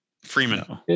freeman